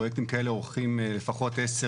פרויקטים כאלה אורכים לפחות 10,